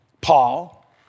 Paul